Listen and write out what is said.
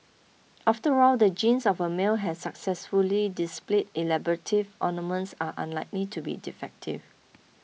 after all the genes of a male has successfully displays elaborate ornaments are unlikely to be defective